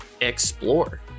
explore